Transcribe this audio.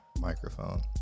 microphone